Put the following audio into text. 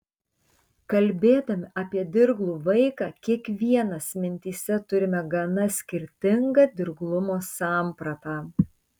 kalbėdami apie dirglų vaiką kiekvienas mintyse turime gana skirtingą dirglumo sampratą